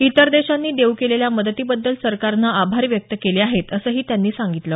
इतर देशांनी देऊ केलेल्या मदतीबद्दल सरकारनं आभार व्यक्त केले आहेत असंही त्यांनी सांगितलं